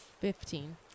Fifteen